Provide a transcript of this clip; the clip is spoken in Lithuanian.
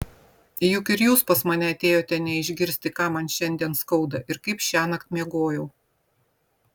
juk ir jūs pas mane atėjote ne išgirsti ką man šiandien skauda ir kaip šiąnakt miegojau